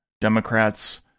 Democrats